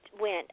went